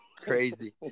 crazy